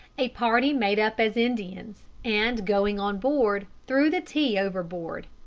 a party made up as indians, and, going on board, threw the tea overboard.